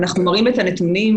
אנחנו מראים את הנתונים.